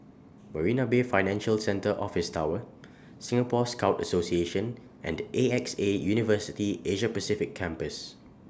Marina Bay Financial Centre Office Tower Singapore Scout Association and A X A University Asia Pacific Campus